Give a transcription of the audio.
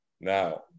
Now